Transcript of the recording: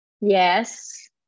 Yes